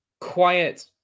quiet